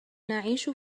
نعيش